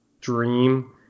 dream